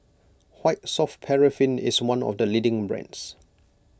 White Soft Paraffin is one of the leading brands